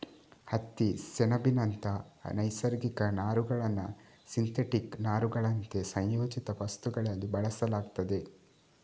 ಹತ್ತಿ, ಸೆಣಬಿನಂತ ನೈಸರ್ಗಿಕ ನಾರುಗಳನ್ನ ಸಿಂಥೆಟಿಕ್ ನಾರುಗಳಂತೆ ಸಂಯೋಜಿತ ವಸ್ತುಗಳಲ್ಲಿ ಬಳಸಲಾಗ್ತದೆ